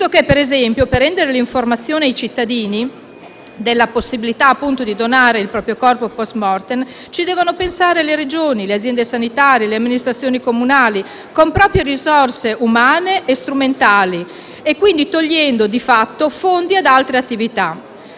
ad esempio, a dare informazione ai cittadini circa la possibilità di donare il proprio corpo *post mortem* devono pensare le Regioni, le aziende sanitarie, le amministrazioni comunali, con proprie risorse umane e strumentali, togliendo, di fatto, fondi ad altre attività.